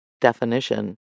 definition